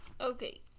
Okay